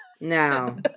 no